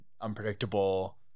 unpredictable